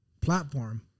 platform